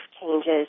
changes